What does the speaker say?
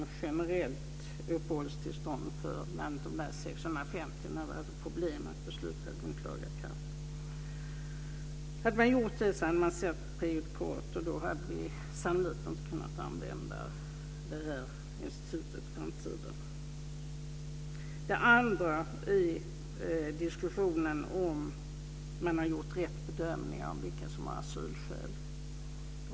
Fru talman! Såvitt jag förstår är det egentligen två nyckelfrågor som vi har haft problem med. Den ena är, vilket var ursprunget, att man ville ha ett generellt uppehållstillstånd för bl.a. de 650, men vi hade problem med beslut med laga kraft. Hade man gjort det hade man satt prejudikat, och då hade vi sannolikt inte kunnat använda det här institutet i framtiden. Den andra frågan gäller diskussionen om man har gjort rätt bedömning av vilka som har asylskäl.